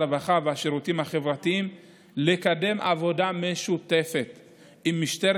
הרווחה והשירותים החברתיים לקדם עבודה משותפת עם משטרת